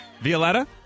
Violetta